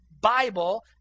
Bible